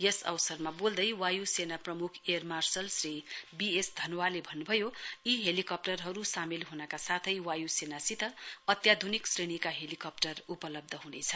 यस अवसरमा बोल्दै वायु सेना प्रमुख air marshal Shri B S धनोआलेले भन्नु भयो यी हेलिकप्टरहरू सामेल हुनका साथै वायु सेनासित अत्याधुनिक श्रेणीका हेलीकप्टर उपलब्ध हुनेछ